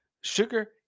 Sugar